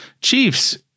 Chiefs